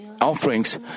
offerings